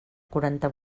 quaranta